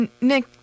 Nick